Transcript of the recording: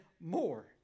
more